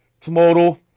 tomorrow